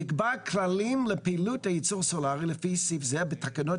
יקבע כללים לפעילות ייצור סולרי לפי סעיף זה בתקנות